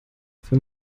für